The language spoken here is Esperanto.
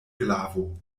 glavo